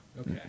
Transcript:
Okay